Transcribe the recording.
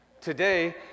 Today